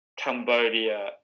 Cambodia